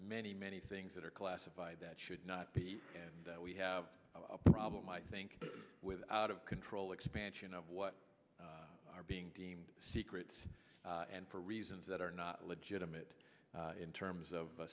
many many things that are classified that should not be and we have a problem i think with out of control expansion of what are being deemed secret and for reasons that are not legitimate in terms of